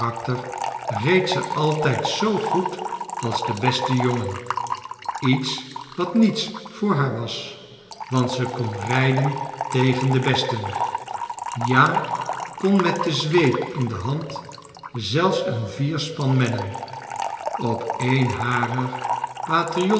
reed ze altijd zoo goed als de beste jongen iets wat niets'voor haar was want ze kon rijden tegen den besten ja kon met de zweep in de hand zelfs een vierspan mennen op een harer